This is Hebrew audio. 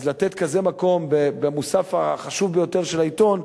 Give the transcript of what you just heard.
אז לתת כזה מקום במוסף החשוב ביותר של העיתון,